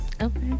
Okay